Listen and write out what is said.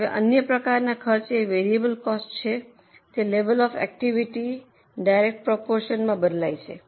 હવે અન્ય પ્રકારનાં ખર્ચ એ વેરિયેબલ કોસ્ટ છે તે લેવલ ઑફ એકટીવીટીના ડાયરેક્ટ પ્રોપોરશનમાં બદલાય છે